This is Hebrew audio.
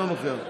אינו נוכח,